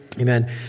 Amen